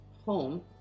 home